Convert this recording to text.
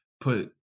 put